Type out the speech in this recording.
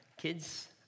kids